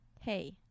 hey